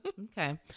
Okay